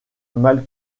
mal